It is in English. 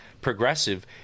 progressive